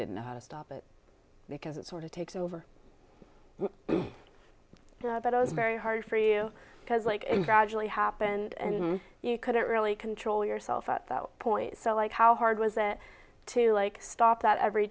didn't know how to stop it because it sort of takes over but i was very hard for you because like you gradually happened and you couldn't really control yourself at that point so like how hard was it to like stop that every